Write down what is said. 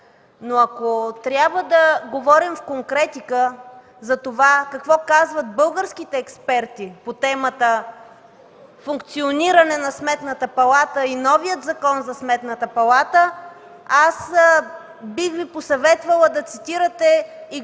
но ако трябва да говорим в конкретика за това какво казват българските експерти по темата „Функциониране на Сметната палата и новият Закон за Сметната палата”, аз бих Ви посъветвала да цитирате проф.